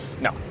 no